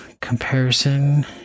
comparison